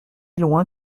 loin